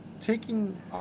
taking